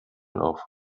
auf